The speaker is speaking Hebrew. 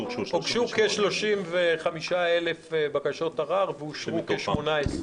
הוגשו כ-35,000 בקשות ערר ואושרו כ-18,000.